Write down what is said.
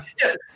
Yes